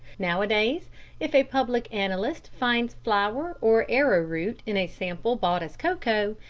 nowadays if a public analyst finds flour or arrowroot in a sample bought as cocoa,